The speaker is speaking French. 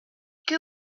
que